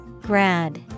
grad